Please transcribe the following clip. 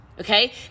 Okay